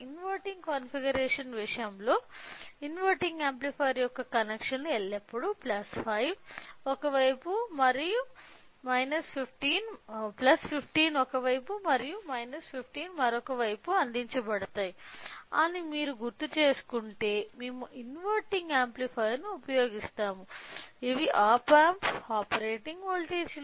inverting configuration విషయంలో inverting amplifier యొక్క కనెక్షన్లు ఎల్లప్పుడూ 15 ఒక వైపుకు మరియు 15 మరొక వైపుకు అందించబడతాయి అని మీరు గుర్తుచేసుకుంటే మేము ఇన్వర్టింగ్ యాంప్లిఫైయర్ను ఉపయోగిస్తాము ఇవి ఆప్ ఆంప్ యొక్క ఆపరేటింగ్ వోల్టేజీలు